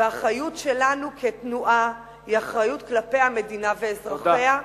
והאחריות שלנו כתנועה היא אחריות כלפי המדינה ואזרחיה,